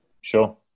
Sure